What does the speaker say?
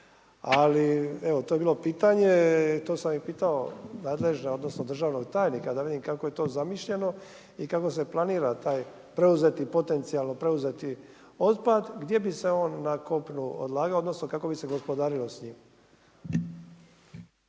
ali evo, to je bilo pitanje, to sam i pitao nadležna odnosno državnog tajnika da vidim kako je to zamišljeno i kako se planira taj potencijalno preuzeti otpad, gdje bi se on na kopnu odlagao, odnosno kao bi se gospodarilo s njim?